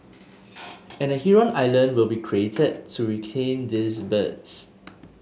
and a heron island will be created to retain these birds